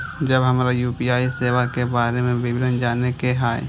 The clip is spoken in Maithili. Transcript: जब हमरा यू.पी.आई सेवा के बारे में विवरण जाने के हाय?